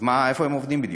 אז מה, איפה הם עובדים בדיוק?